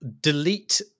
delete